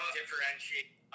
differentiate